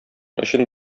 өчен